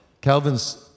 Calvin's